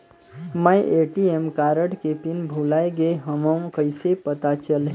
मैं ATM card के pin भुलाए गे हववं कइसे पता चलही?